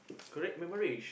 correct memoration